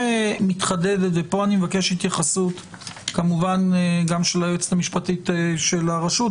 כאן אני מבקש התייחסות גם של היועצת המשפטית של הרשות,